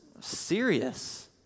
serious